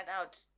out